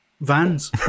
vans